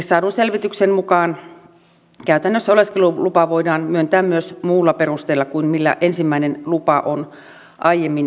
saadun selvityksen mukaan käytännössä oleskelulupa voidaan myöntää myös muulla perusteella kuin millä ensimmäinen lupa on aiemmin myönnetty